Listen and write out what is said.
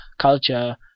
culture